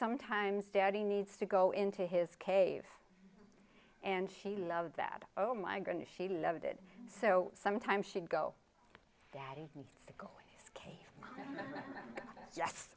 sometimes daddy needs to go in to his cave and she love that oh my goodness she loved it so sometimes she'd go daddy yes